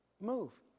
move